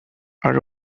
are